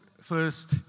first